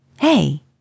Hey